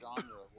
genre